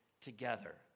together